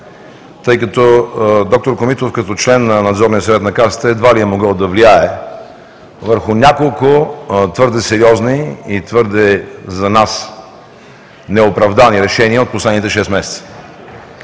тъй като д-р Комитов, като член на Надзорния съвет на Касата, едва ли е могъл да влияе върху няколко твърде сериозни и твърде за нас неоправдани решения от последните шест месеца.